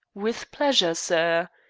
with pleasure, sir.